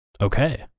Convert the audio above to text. Okay